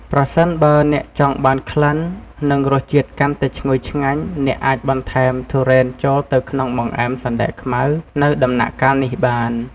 ប្រសិនបើអ្នកចង់បានក្លិន និងរសជាតិកាន់តែឈ្ងុយឆ្ងាញ់ អាចបន្ថែមធុរេនចូលទៅក្នុងបង្អែមសណ្ដែកខ្មៅនៅដំណាក់កាលនេះបាន។